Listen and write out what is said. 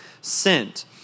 sent